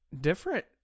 different